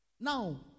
Now